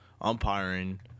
umpiring